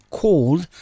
called